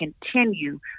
continue